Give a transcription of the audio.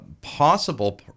possible